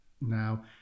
now